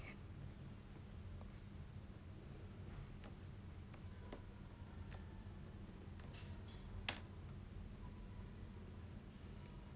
it